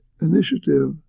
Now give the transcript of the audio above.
initiative